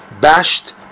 bashed